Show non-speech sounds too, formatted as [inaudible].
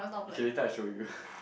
okay later I show you [laughs]